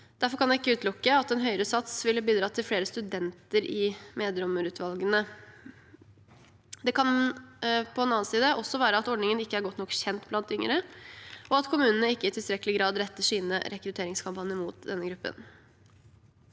Derfor kan jeg ikke utelukke at en høyere sats ville bidratt til flere studenter i meddommerutvalgene. Det kan på den annen side også være at ordningen ikke er nok kjent blant yngre, og at kommunene ikke i tilstrekkelig grad retter sine rekrutteringskampanjer mot denne gruppen.